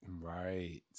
Right